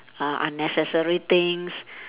uh unnecessary things